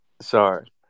Sorry